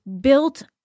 built